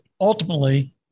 ultimately –